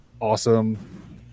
awesome